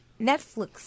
Netflix